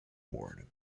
award